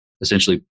essentially